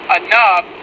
enough